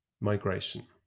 migration